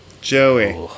Joey